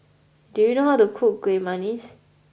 do you know how to cook kueh manggis